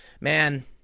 Man